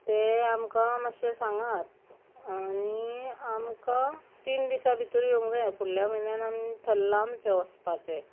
तें आमकां मातशें सांगात आनी आमकां तीन दिसा भितर येवंक जाय फुडल्या म्हयन्यान आम थरल्लां आमचें वोसपाचें